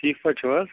ٹھیٖک پٲٹھۍ چھُو حظ